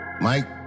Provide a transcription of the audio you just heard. Mike